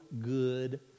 good